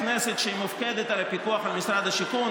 בכנסת שמופקדת על הפיקוח על משרד השיכון,